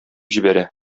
җибәрә